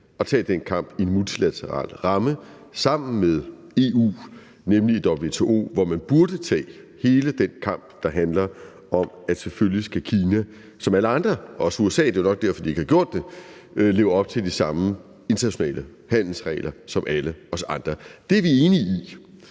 at tage den kamp i en multilateral ramme sammen med EU, nemlig i WTO, hvor man burde tage hele den kamp, der handler om, at selvfølgelig skal Kina som alle andre, også USA, det er nok derfor, at de ikke har gjort det, leve op til de samme internationale handelsregler som alle os andre. Det er vi enige i.